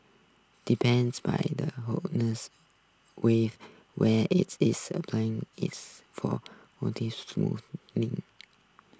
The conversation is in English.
depends by the Waves where it is a plan its for smooth me